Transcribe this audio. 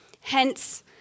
Hence